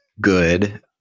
good